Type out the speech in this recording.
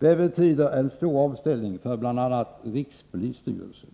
Detta betyder en stör omställning” för” bl.a. Irikspolisstyrelsen,